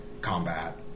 combat